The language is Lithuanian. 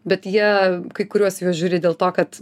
bet jie kai kuriuos juos žiūri dėl to kad